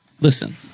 listen